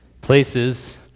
Places